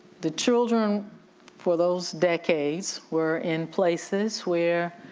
the children for those decades were in places where